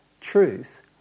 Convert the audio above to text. truth